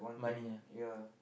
money ah